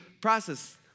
process